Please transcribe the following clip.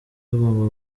tugomba